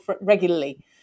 regularly